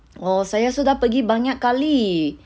oh saya sudah pergi banyak kali